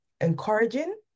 encouraging